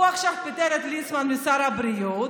הוא עכשיו פיטר את ליצמן ממשרד הבריאות,